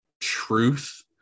truth